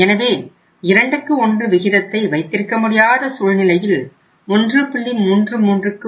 எனவே 21 விகிதத்தை வைத்திருக்க முடியாத சூழ்நிலையில் 1